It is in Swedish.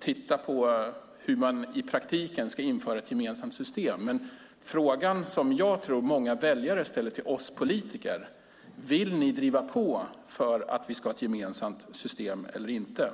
titta på hur vi i praktiken ska införa ett gemensamt system. Den fråga som många väljare ställer till oss politiker är om vi vill driva på för att vi ska ha ett gemensamt system eller inte.